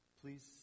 please